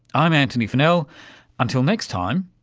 i'm antony funnell, until next time,